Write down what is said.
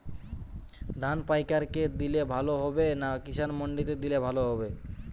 ধান পাইকার কে দিলে ভালো হবে না কিষান মন্ডিতে দিলে ভালো হবে?